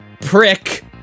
prick